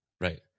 right